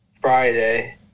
Friday